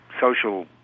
social